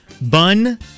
bun